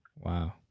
Wow